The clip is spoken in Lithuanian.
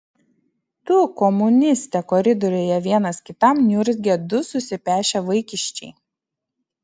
tu komuniste koridoriuje vienas kitam niurzgia du susipešę vaikiščiai